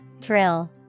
Thrill